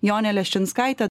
jone leščinskaite